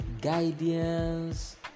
guidance